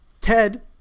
Ted